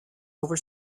over